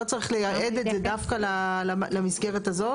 לא צריך לייעד את זה דווקא למסגרת הזאת?